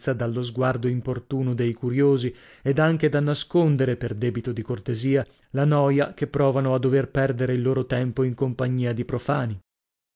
dallo sguardo importuno dei curiosi ed anche da nascondere per debito di cortesia la noia che provano a dover perdere il loro tempo in compagnia di profani